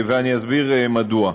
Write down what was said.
ואני אסביר מדוע.